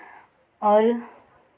और